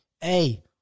Hey